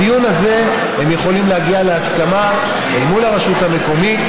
בדיון הזה הם יכולים להגיע להסכמה אל מול הרשות המקומית